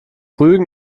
rügen